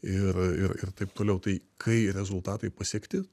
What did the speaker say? ir ir ir taip toliau tai kai rezultatai pasiekti